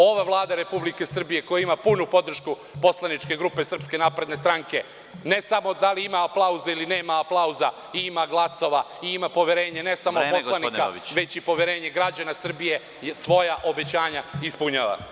Ova Vlada Republike Srbije koja ima punu podršku poslaničke grupe SNS, ne samo da li ima aplauze ili nema aplauza, ima glasova i ima poverenje, ne samo poslanika, već i poverenje građana Srbije, svoja obećanja ispunjava.